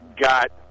got